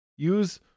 Use